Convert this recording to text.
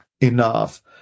enough